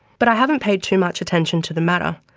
but i haven't paid too much attention to the matter,